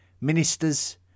Ministers